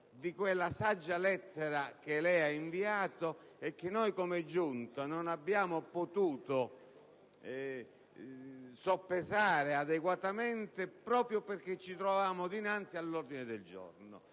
di quella saggia lettera che lei ha inviato e che noi, come Giunta, non abbiamo potuto soppesare adeguatamente proprio perché ci trovavamo dinanzi all'ordine del giorno.